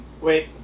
Wait